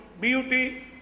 Beauty